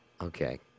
Okay